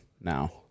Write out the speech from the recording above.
now